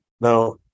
Now